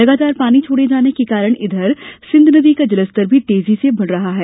लगातार पानी छोड़े जाने के कारण इधर सिंध नदी का जल स्तर भी तेजी से बढ़ रहा है